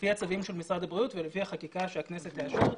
לפי הצווים של משרד הבריאות ולפי החקיקה שהכנסת העבירה,